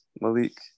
Malik